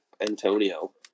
Antonio